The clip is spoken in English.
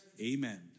amen